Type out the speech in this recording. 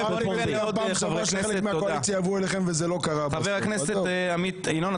חבר הכנסת עמית הלוי,